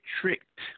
tricked